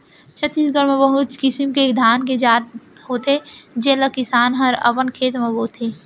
छत्तीसगढ़ म बहुत किसिम के धान के जात होथे जेन ल किसान हर अपन खेत म बोथे